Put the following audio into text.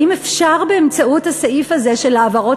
האם אפשר באמצעות הסעיף הזה של העברות